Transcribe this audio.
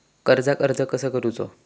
कर्जाक अर्ज कसो करूचो?